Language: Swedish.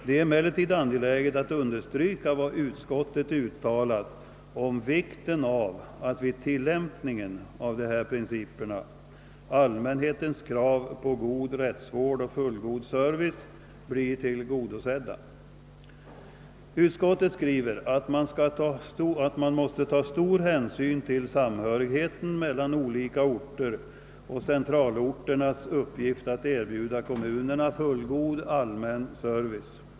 Det är emellertid angeläget att understryka vad utskottet uttalat om vikten av att vid tillämpningen av dessa principer allmänhetens krav på god rättsvård och fullgod service blir tillgodosedda. Utskottet skriver att man måste ta stor hänsyn till samhörigheten mellan olika orter och centralorternas uppgift att erbjuda kommunerna fullgod allmän service.